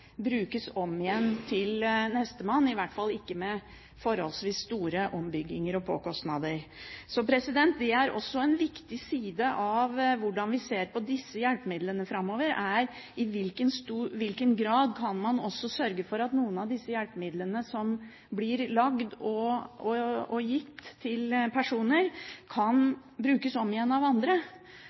brukes om igjen til nestemann, i hvert fall ikke uten forholdsvis store ombygginger og kostnader. Så det er også en viktig side av hvordan vi ser på disse hjelpemidlene framover, i hvilken grad man også kan sørge for at noen av disse hjelpemidlene som blir laget og gitt til personer, kan brukes om igjen av andre,